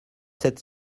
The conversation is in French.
sept